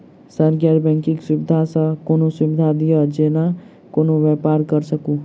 Sir गैर banking सुविधा सँ कोनों सुविधा दिए जेना कोनो व्यापार करऽ सकु?